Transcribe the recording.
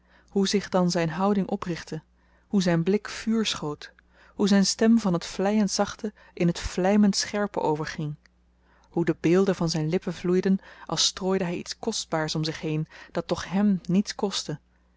hoe zich dan zyn houding oprichtte hoe zyn blik vuur schoot hoe zyn stem van t vleiend zachte in t vlymend scherpe overging hoe de beelden van zyn lippen vloeiden als strooide hy iets kostbaars om zich heen dat toch hèm niets kostte